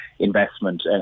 investment